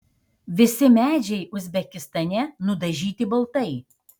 visi medžiai uzbekistane nudažyti baltai